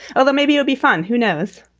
although maybe it'll be fun. who knows?